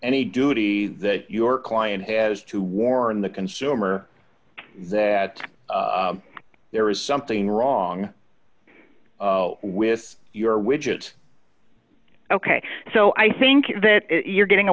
any duty that your client has to warn the consumer that there is something wrong with your widget ok so i think that you're getting a